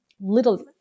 little